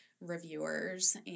reviewers